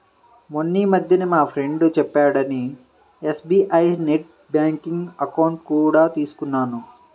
మొన్నీమధ్యనే మా ఫ్రెండు చెప్పాడని ఎస్.బీ.ఐ నెట్ బ్యాంకింగ్ అకౌంట్ కూడా తీసుకున్నాను